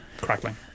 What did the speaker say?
Crackling